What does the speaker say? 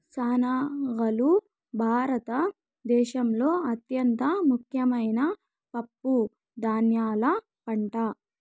శనగలు భారత దేశంలో అత్యంత ముఖ్యమైన పప్పు ధాన్యాల పంట